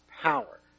power